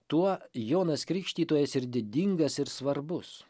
tuo jonas krikštytojas ir didingas ir svarbus